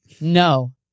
no